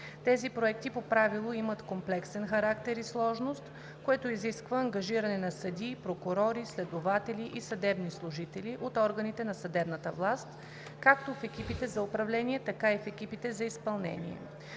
Тези проекти по правило имат комплексен характер и сложност, което изисква ангажиране на съдии, прокурори, следователи и съдебни служители от органите на съдебната власт както в екипите за управление, така и в екипите за изпълнение.